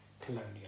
colonial